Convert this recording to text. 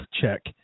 check